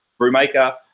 Brewmaker